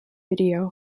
video